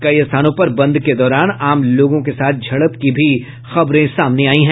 कई स्थानों पर बंद के दौरान आम लोगों के साथ झड़प की भी खबरें सामने आयी हैं